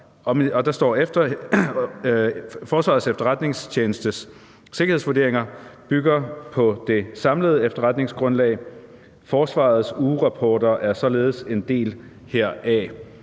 »Forsvarets Efterretningstjenestes sikkerhedsvurderinger bygger på det samlede efterretningsgrundlag ... Forsvarets ugerapporter er således en del heraf.«